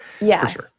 yes